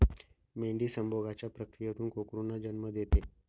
मेंढी संभोगाच्या प्रक्रियेतून कोकरूंना जन्म देते